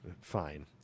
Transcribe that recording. Fine